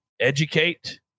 Educate